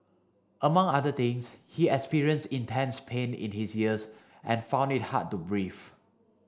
among other things he experienced intense pain in his ears and found it hard to breathe